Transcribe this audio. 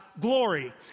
glory